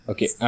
Okay